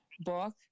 book